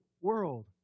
world